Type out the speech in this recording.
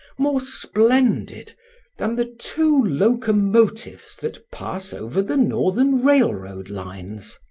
more splendid than the two locomotives that pass over the northern railroad lines?